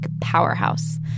powerhouse